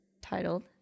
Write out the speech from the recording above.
Titled